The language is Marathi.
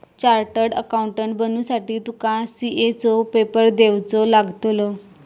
चार्टड अकाउंटंट बनुसाठी तुका सी.ए चो पेपर देवचो लागतलो